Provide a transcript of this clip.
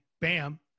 bam